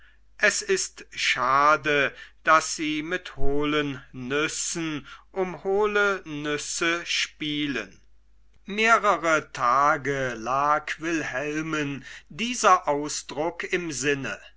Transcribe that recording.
es ist schade daß sie mit hohlen nüssen um hohle nüsse spielen mehrere tage lag wilhelmen dieser ausdruck im sinne